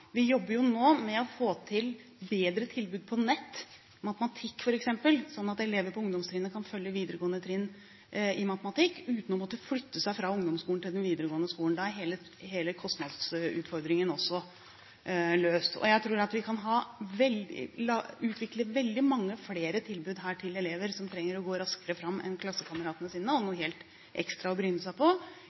Vi jobber nå med å få til et bedre tilbud på nett, i matematikk f.eks., sånn at elever på ungdomstrinnet kan følge videregående trinn i matematikk, uten å måtte flytte seg fra ungdomsskolen til den videregående skolen. Da er hele kostnadsutfordringen også løst. Jeg tror at vi gjennom å bruke nettbaserte løsninger kan utvikle mange flere tilbud til elever som trenger å gå raskere fram enn klassekameratene sine, og som trenger noe helt ekstra å bryne seg på.